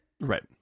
right